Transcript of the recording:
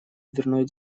дверной